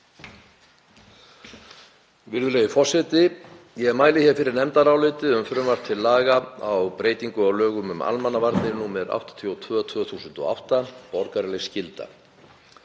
Virðulegi forseti. Ég mæli hér fyrir nefndaráliti um frumvarp til laga um breytingu á lögum um almannavarnir, nr. 82/2008 (borgaraleg skylda).